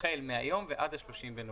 החל מהיום עד 30 בנובמבר.